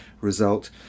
result